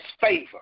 favor